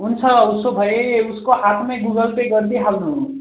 हुन्छ उसो भए उसको हातमा गुगल पे गरिदिइ हाल्नु